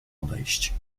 odejść